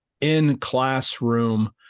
in-classroom